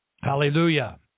Hallelujah